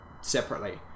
Separately